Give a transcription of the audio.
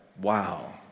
wow